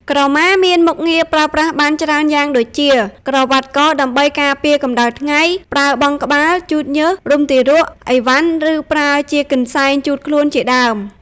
ក្រមាមានមុខងារប្រើប្រាស់បានច្រើនយ៉ាងដូចជា ក្រវាត់កដើម្បីការពារកម្ដៅថ្ងៃ ប្រើបង់ក្បាល ជូតញើស រុំទារក អីវ៉ាន់ ឫប្រើជាកន្សែងជូតខ្លួនជាដើម។